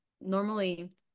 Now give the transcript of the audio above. normally